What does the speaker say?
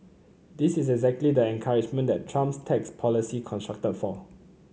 this is exactly the encouragement that Trump's tax policy constructed for